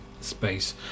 space